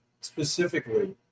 specifically